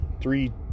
three